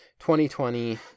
2020